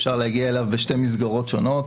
אפשר להגיע אליו בשתי מסגרות שונות.